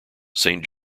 saint